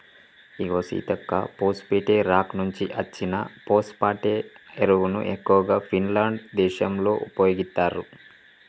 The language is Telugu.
ఇగో సీతక్క పోస్ఫేటే రాక్ నుంచి అచ్చిన ఫోస్పటే ఎరువును ఎక్కువగా ఫిన్లాండ్ దేశంలో ఉపయోగిత్తారు